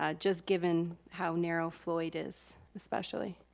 ah just given how narrow floyd is, especially.